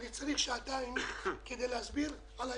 אני צריך שעתיים כדי להסביר על העיוותים.